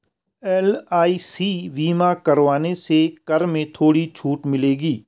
LIC बीमा करवाने से कर में थोड़ी छूट मिलेगी